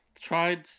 tried